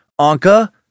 Anka